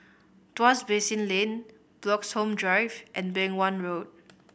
Tuas Basin Lane Bloxhome Drive and Beng Wan Road